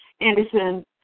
Anderson